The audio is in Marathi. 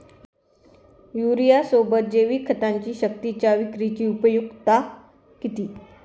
युरियासोबत जैविक खतांची सक्तीच्या विक्रीची उपयुक्तता किती?